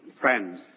Friends